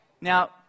now